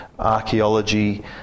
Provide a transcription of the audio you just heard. archaeology